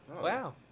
Wow